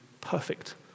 perfect